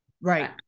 right